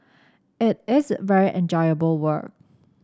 it is very enjoyable work